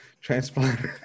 transplant